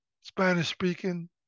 Spanish-speaking